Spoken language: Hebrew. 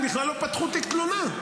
הם בכלל לא פתחו תיק תלונה.